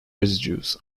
residues